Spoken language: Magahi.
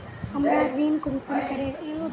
हमरा ऋण कुंसम करे लेमु?